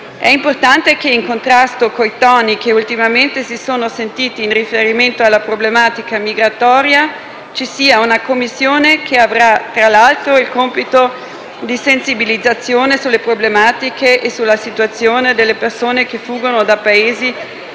È importante che, in contrasto con i toni che ultimamente si sono sentiti in riferimento alla problematica migratoria, ci sia una Commissione che avrà, tra l'altro, il compito di sensibilizzare sulle problematiche e sulla situazione delle persone che fuggono da Paesi la cui